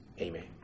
Amen